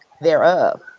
thereof